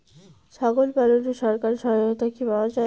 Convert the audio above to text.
ছাগল পালনে সরকারি সহায়তা কি পাওয়া যায়?